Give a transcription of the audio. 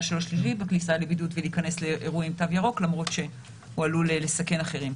שלו שלילי ולהיכנס לאירוע עם תו ירוק למרות שהוא עלול לסכן אחרים.